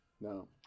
No